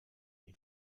ihn